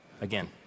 Again